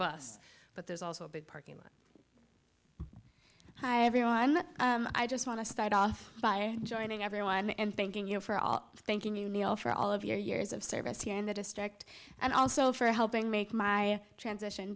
bus but there's also a big parking hi everyone i just want to start off by joining everyone and thanking you for all thank you neil for all of your years of service here in the district and also for helping make my transition